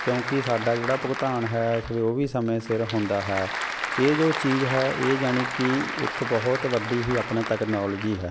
ਕਿਉਂਕਿ ਸਾਡਾ ਜਿਹੜਾ ਭੁਗਤਾਨ ਹੈ ਉਹ ਵੀ ਸਮੇਂ ਸਿਰ ਹੁੰਦਾ ਹੈ ਇਹ ਜੋ ਚੀਜ਼ ਹੈ ਇਹ ਜਾਣੀ ਕਿ ਇੱਕ ਬਹੁਤ ਵੱਡੀ ਹੀ ਆਪਣਾ ਤੈਕਨੋਲਜੀ ਹੈ